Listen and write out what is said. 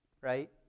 right